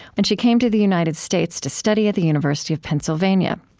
and she came to the united states to study at the university of pennsylvania.